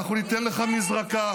אנחנו ניתן לך מזרקה.